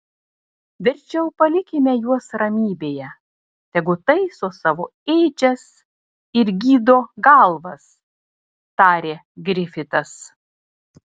verčiau palikime juos ramybėje tegu taiso savo ėdžias ir gydo galvas tarė grifitas